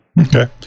Okay